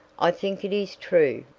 i think it is true,